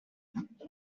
this